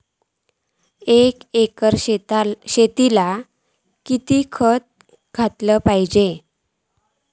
एक एकर शेताक कीतक्या खत घालूचा?